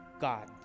God